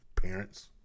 parents